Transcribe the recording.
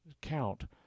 count